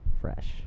Fresh